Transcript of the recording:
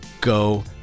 go